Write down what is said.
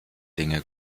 dinge